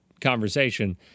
conversation